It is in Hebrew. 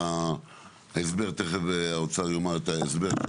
ההסבר תיכף האוצר יאמר את ההסבר,